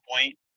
point